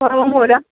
കുറവൊന്നുമില്ല